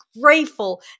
grateful